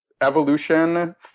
evolution